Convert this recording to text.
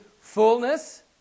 fullness